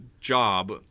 job